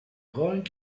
going